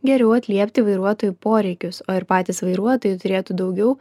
geriau atliepti vairuotojų poreikius o ir patys vairuotojai turėtų daugiau